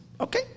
okay